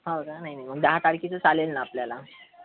हो का नाही नाही मग दहा तारखेचं चालेल ना आपल्याला